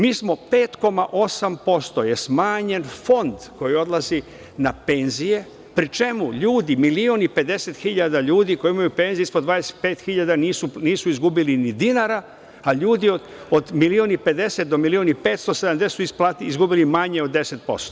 Mi smo, 5,8% je smanjen fond koji odlazi na penzije, pri čemu milion i 50 hiljada ljudi koji imaju penzije ispod 25 hiljada nisu izgubili ni dinara, a ljudi od milion i 50 do milion i 570 su izgubili manje od 10%